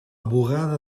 bugada